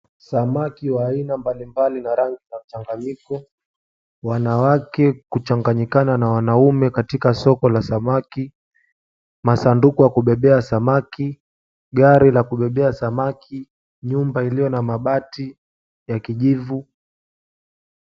Samaki wa aina mbali mbali na rangi ya mchanganyiko. Wanawake kuchanganyikana na wanaume katika soko la samaki, masanduku ya kubebea samaki, gari la kubebea samaki, nyumba iliyo na mabati ya kijivu.